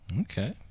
Okay